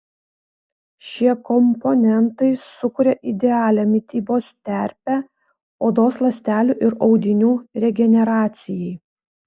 šie komponentai sukuria idealią mitybos terpę odos ląstelių ir audinių regeneracijai